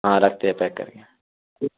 ہاں رکھتے ہیں پیک کر کے